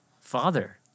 Father